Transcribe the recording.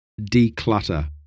declutter